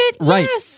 Right